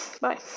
bye